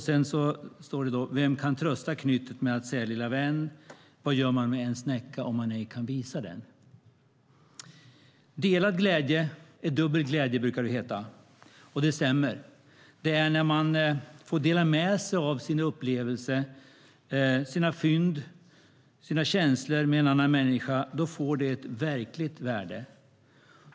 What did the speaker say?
Sedan står det: Men vem ska trösta knyttet med att säga lilla vän, vad gör man med en snäcka om man ej får visa den? Delad glädje är dubbel glädje, brukar det heta. Det stämmer. Det är när man får dela med sig av sin upplevelse, sina fynd och sina känslor med en annan människa det får verkligt värde.